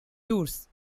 tours